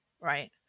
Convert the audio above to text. Right